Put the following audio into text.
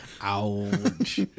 Ouch